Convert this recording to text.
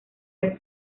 del